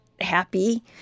happy